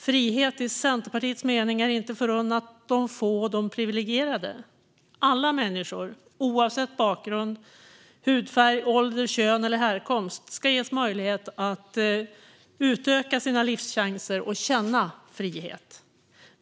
Frihet i Centerpartiets mening är inte förunnat de få och de priviligierade - alla människor oavsett bakgrund, hudfärg, ålder, kön eller härkomst ska ges möjlighet att utöka sina livschanser och känna frihet.